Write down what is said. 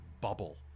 bubble